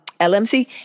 LMC